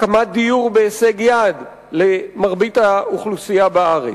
הקמת דיור בהישג יד למרבית האוכלוסייה בארץ.